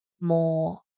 more